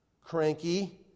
cranky